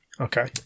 Okay